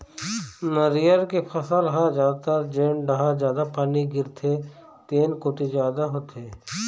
नरियर के फसल ह जादातर जेन डहर जादा पानी गिरथे तेन कोती जादा होथे